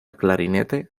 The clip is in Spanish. clarinete